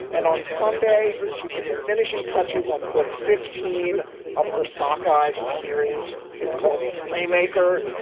and on sunday she put the finishing touches on book fifteen of her sakai's series. it's called playmaker.